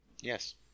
Yes